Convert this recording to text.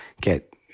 get